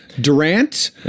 Durant